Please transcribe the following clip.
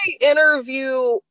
interview